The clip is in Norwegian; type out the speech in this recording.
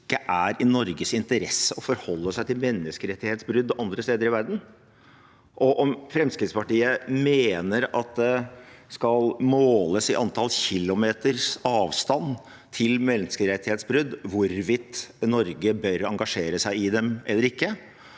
ikke er i Norges interesse å forholde seg til menneskerettighetsbrudd andre steder i verden, og om Fremskrittspartiet mener at det skal måles i antall kilometer avstand til menneskeret tighetsbrudd hvorvidt Norge bør engasjere seg i dem eller ikke,